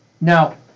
now